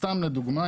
סתם לדוגמא,